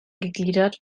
gegliedert